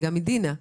וגם מדינה,